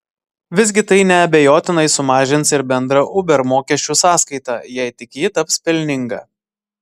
visgi tai neabejotinai sumažins ir bendrą uber mokesčių sąskaitą jei tik ji taps pelninga